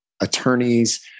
attorneys